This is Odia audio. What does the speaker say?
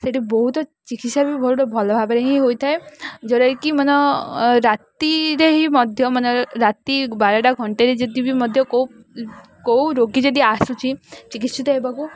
ସେଠି ବହୁତ ଚିକିତ୍ସା ବି ବହୁତ ଭଲ ଭାବରେ ହିଁ ହୋଇଥାଏ ଯେଉଁଟାକି ମାନେ ରାତିରେ ହିଁ ମଧ୍ୟ ମାନେ ରାତି ବାରଟା ଘଣ୍ଟେରେ ଯଦି ବି ମଧ୍ୟ କେଉଁ କେଉଁ ରୋଗୀ ଯଦି ଆସୁଛି ଚିକିତ୍ସିତ ହେବାକୁ